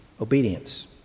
obedience